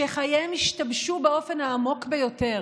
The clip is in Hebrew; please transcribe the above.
שחייהם השתבשו באופן העמוק ביותר.